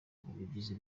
ubugizi